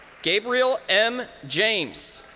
gabriel m. james.